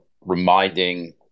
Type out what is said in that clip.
reminding